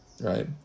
right